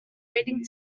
waiting